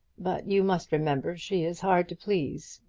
but you must remember she is hard to please.